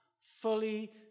fully